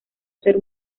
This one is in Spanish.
ser